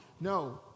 No